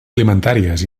alimentàries